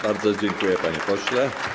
Bardzo dziękuję, panie pośle.